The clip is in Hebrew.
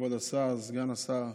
כבוד השר, סגן השר,